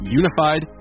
unified